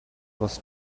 was